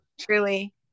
Truly